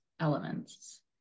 elements